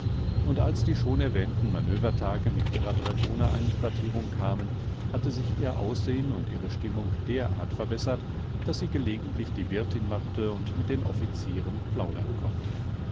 und als die schon erwähnten manövertage mit ihrer dragoner einquartierung kamen hatte sich ihr aussehn und ihre stimmung derart verbessert daß sie gelegentlich die wirthin machen und mit den offizieren plaudern konnte